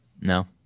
No